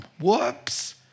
Whoops